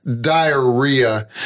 diarrhea